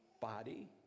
body